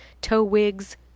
Toe-wigs